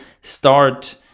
start